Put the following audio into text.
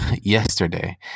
yesterday